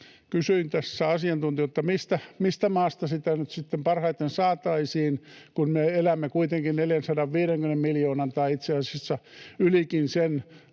Kysyin tässä asiantuntijoilta, mistä maasta sitä nyt sitten parhaiten saataisiin, kun me elämme kuitenkin 450 miljoonan tai itse asiassa sen